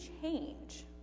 change